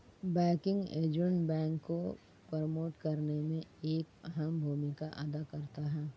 banking agent bank को promote करने में एक अहम भूमिका अदा करता है